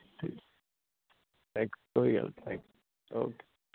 ਠੀਕ ਐ ਥੈਂਕਿਊ ਕੋਈ ਗੱਲ ਨੀ ਥੈਂਕਿਊ ਓਕੇ